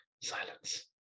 Silence